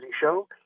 show